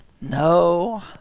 no